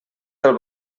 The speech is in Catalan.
del